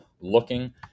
looking